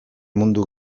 mundu